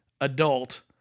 adult